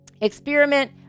experiment